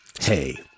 hey